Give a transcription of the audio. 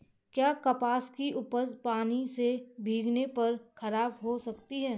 क्या कपास की उपज पानी से भीगने पर खराब हो सकती है?